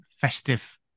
festive